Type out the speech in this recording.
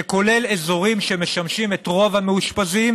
שכולל אזורים שמשמשים את רוב המאושפזים,